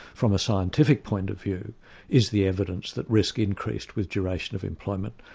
from a scientific point of view is the evidence that risk increased with duration of employment.